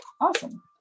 awesome